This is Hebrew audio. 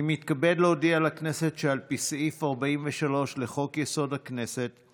אני מתכבד להודיע לכנסת שעל פי סעיף 43 לחוק-יסוד: הכנסת,